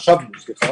חשבנו,